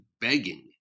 begging